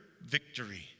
victory